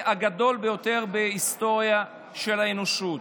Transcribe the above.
הגדול ביותר בהיסטוריה של האנושות.